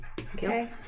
okay